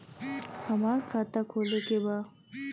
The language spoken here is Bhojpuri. हमार खाता खोले के बा?